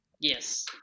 Yes